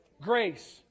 Grace